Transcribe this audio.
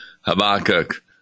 Habakkuk